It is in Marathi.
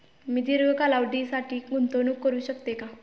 मी दीर्घ कालावधीसाठी गुंतवणूक करू शकते का?